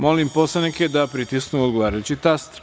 Molim poslanike da pritisnu odgovarajući taster.